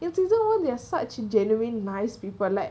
it doesn't want their such genuine nice people like